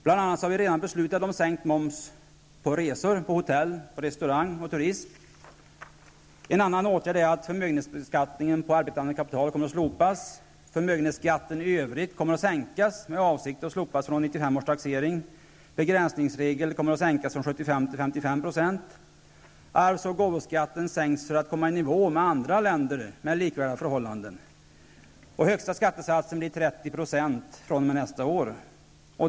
Bl.a. har vi redan beslutat om sänkt moms på resor, hotell, restauranger och turism. En annan åtgärd är att förmögenhetsbeskattningen på arbetande kapital kommer att slopas. Förmögenhetsskatten i övrigt kommer att sänkas. Avsikten är att den skall slopas fr.o.m. 1995 års taxering. Begränsningsregeln kommer att sänkas från 75 % till 55 %. Arvs och gåvoskatten sänks för att komma i nivå med den som gäller i andra länder med likvärdiga förhållanden. Högsta skattesatsen blir 30 % fr.o.m. nästa år.